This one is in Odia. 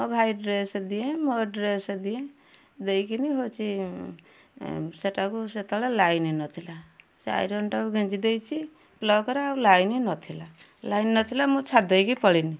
ମୋ ଭାଇ ଡ୍ରେସ୍ ଦିଏଁ ମୋ ଡ୍ରେସ୍ ଦିଏଁ ଦେଇକିନି ହେଉଛି ସେଟାକୁ ସେତେବେଳେ ଲାଇନ୍ ନଥିଲା ସେ ଆଇରନଟାକୁ ଗେଞ୍ଜି ଦେଇଛି ପ୍ଳଗରେ ଆଉ ଲାଇନ୍ ନଥିଲା ଲାଇନ୍ ନଥିଲା ମୁଁ ଛାଡ଼ି ଦେଇକି ପଳେଇନି